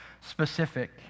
specific